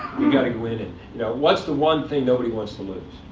we've got to go in and what's the one thing nobody wants to lose?